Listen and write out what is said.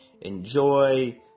enjoy